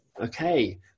okay